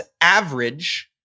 average